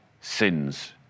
sins